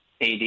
AD